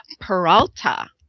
Peralta